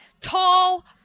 tall